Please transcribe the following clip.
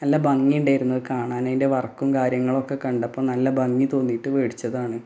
നല്ല ഭംഗി ഉണ്ടായിരുന്നു അത് കാണാൻ അതിൻ്റെ വർക്കും കാര്യങ്ങളൊക്കെ കണ്ടപ്പോൾ നല്ല ഭംഗി തോന്നിയിട്ട് വേടിച്ചതാണ്